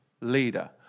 leader